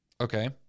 Okay